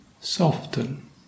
soften